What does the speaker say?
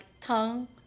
tongue